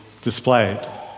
displayed